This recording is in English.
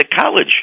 college